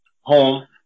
home